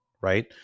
right